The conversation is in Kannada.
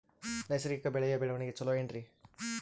ನೈಸರ್ಗಿಕ ಬೆಳೆಯ ಬೆಳವಣಿಗೆ ಚೊಲೊ ಏನ್ರಿ?